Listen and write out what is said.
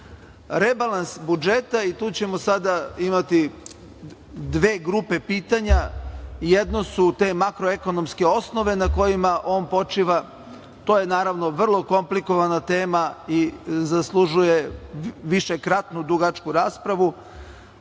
ide. Rebalans budžeta i tu ćemo sada imati dve grupe pitanja. Jedno su te makroekonomske osnove na kojima on počiva. To je naravno vrlo komplikovana tema i zaslužuje višekratnu dugačku raspravu.